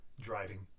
driving